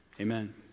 Amen